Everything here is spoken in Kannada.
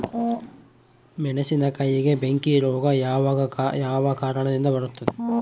ಮೆಣಸಿನಕಾಯಿಗೆ ಬೆಂಕಿ ರೋಗ ಯಾವ ಕಾರಣದಿಂದ ಬರುತ್ತದೆ?